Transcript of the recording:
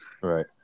Right